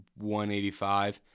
185